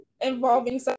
involving